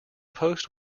post